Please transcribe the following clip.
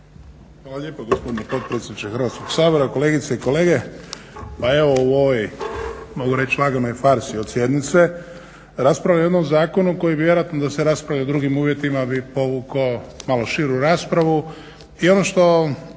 Hvala lijepa gospodine potpredsjedniče Hrvatskog sabora, kolegice i kolege. Pa evo u ovoj mogu reći laganoj farsi od sjednice raspravi o jednom zakonu koji bi vjerojatno da se raspravlja u drugim uvjetima bi povukao malo širu raspravu.